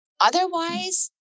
Otherwise